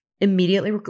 Immediately